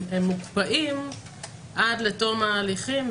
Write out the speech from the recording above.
הם מוקפאים עד לתום ההליכים,